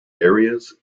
areas